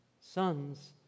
Sons